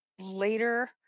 later